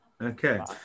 Okay